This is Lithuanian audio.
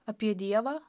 apie dievą